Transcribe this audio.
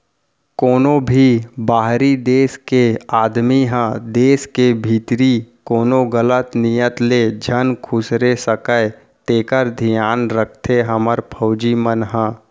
कोनों भी बाहिरी देस के आदमी ह देस के भीतरी कोनो गलत नियत ले झन खुसरे सकय तेकर धियान राखथे हमर फौजी मन ह